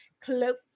cloak